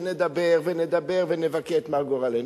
שנדבר ונדבר ונבכה את מר גורלנו,